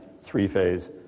three-phase